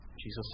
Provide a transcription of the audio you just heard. Jesus